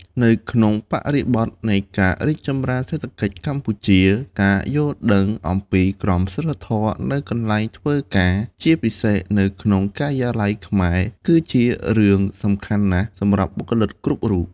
នៅក្នុងបរិបទនៃការរីកចម្រើនសេដ្ឋកិច្ចកម្ពុជា ការយល់ដឹងអំពីក្រមសីលធម៌នៅកន្លែងធ្វើការ ពិសេសនៅក្នុងការិយាល័យខ្មែរ គឺជារឿងសំខាន់ណាស់សម្រាប់បុគ្គលិកគ្រប់រូប។